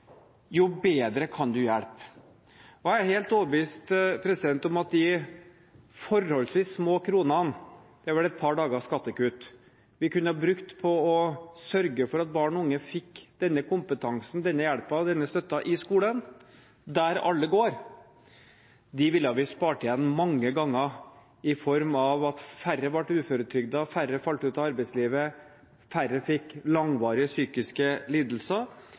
jo bedre kan man hjelpe. Jeg er helt overbevist om at de forholdsvis små kronene – det er vel et par dagers skattekutt – vi kunne brukt på å sørge for at barn og unge fikk denne kompetansen, denne hjelpen og denne støtten i skolen, der alle går, ville vi spart inn mange ganger i form av at færre ble uføretrygdet, færre falt ut av arbeidslivet, færre fikk langvarige psykiske lidelser